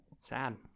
Sad